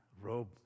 robe